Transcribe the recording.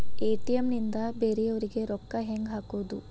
ATM ನಿಂದ ಬೇರೆಯವರಿಗೆ ರೊಕ್ಕ ಹೆಂಗ್ ಹಾಕೋದು?